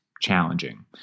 challenging